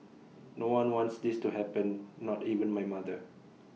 no one wants this to happen not even my mother